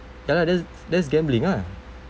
ya lah that's that's gambling ah